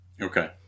Okay